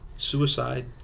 Suicide